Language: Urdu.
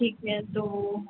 ٹھیک ہے تو